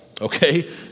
Okay